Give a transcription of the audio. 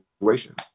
situations